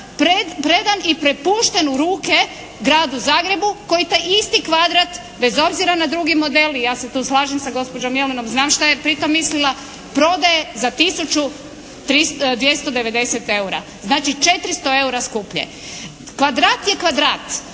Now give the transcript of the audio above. predan i prepušten u ruke Gradu Zagrebu koji taj isti kvadrat bez obzira na drugi model i ja se tu slažem sa gospođom Jelenom znam što je pri tome mislila prodaje za 1290 eura. Znači, 400 eura skuplje. Kvadrat je kvadrat,